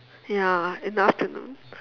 ya in the afternoon